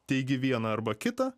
teigi viena arba kita